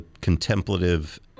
contemplative